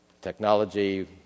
Technology